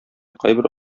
кайбер